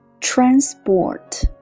Transport